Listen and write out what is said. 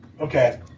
Okay